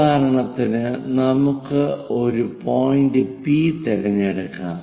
ഉദാഹരണത്തിന് നമുക്ക് ഒരു പോയിന്റ് പി തിരഞ്ഞെടുക്കാം